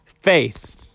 Faith